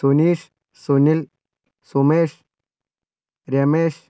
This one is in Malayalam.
സുനീഷ് സുനിൽ സുമേഷ് രമേശ്